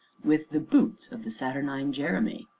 with the boots of the saturnine jeremy